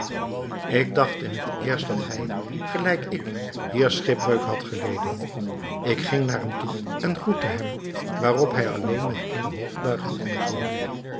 ik dacht in het eerst dat hij gelijk ik hier schipbreuk had geleden ik ging naar hem toe en groette hem waarop hij alleen met eene hoofdbuiging antwoordde